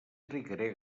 trigaré